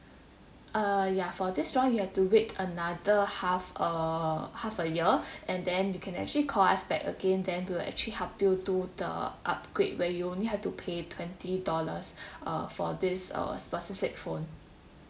ah ya for this one you have to wait another half a half a year and then you can actually call us back again then we'll actually help you do the upgrade where you only have to pay twenty dollars uh for this uh specific phone